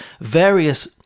various